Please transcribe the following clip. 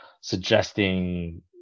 suggesting